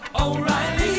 O'Reilly